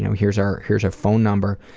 here's our here's our phone number.